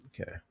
Okay